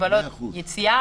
הגבלות יציאה,